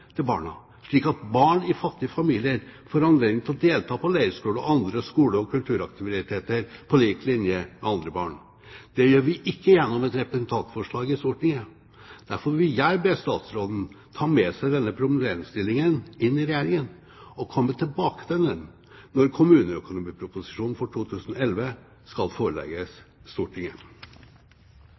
til barna, slik at barn i fattige familier får anledning til å delta på leirskole og andre skole- og kulturaktiviteter på lik linje med andre barn. Det gjør vi ikke gjennom et representantforslag i Stortinget. Derfor vil jeg be statsråden ta med seg denne problemstillingen inn i Regjeringen og komme tilbake til den når kommuneproposisjonen for 2011 skal forelegges Stortinget.